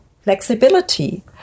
flexibility